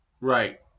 Right